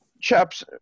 chaps